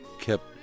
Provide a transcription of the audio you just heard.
kept